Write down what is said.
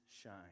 shine